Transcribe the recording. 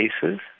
cases